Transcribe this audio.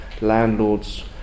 landlords